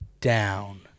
down